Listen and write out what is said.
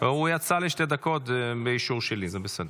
הוא יצא לשתי דקות באישור שלי, זה בסדר.